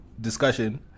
discussion